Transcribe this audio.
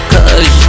Cause